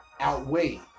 outweigh